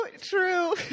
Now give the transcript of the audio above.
True